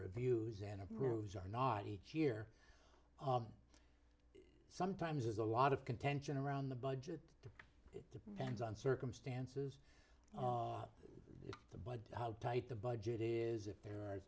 approves or not each year sometimes there's a lot of contention around the budget it depends on circumstances the but how tight the budget is if there are